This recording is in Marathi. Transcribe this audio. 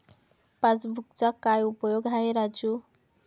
पासबुकचा काय उपयोग आहे राजू?